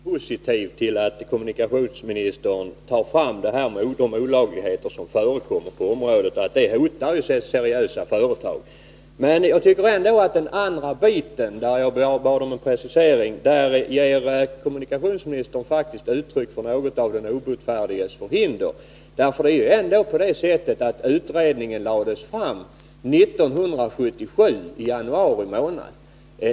Herr talman! Jag vill än en gång understryka att jag tycker det är positivt att kommunikationsministern påpekar att de olagligheter som förekommer på området hotar seriösa företag. Men när det gäller den precisering som jag 4 Riksdagens protokoll 1981/82:51-52 bad om beträffande kommunikationsministerns inställning till arbetarskyddet och trafiksäkerheten finner jag att kommunikationsministern ger uttryck för något av den obotfärdiges förhinder. Utredningen lades dock fram i januari 1977.